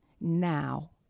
now